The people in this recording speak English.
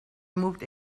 moved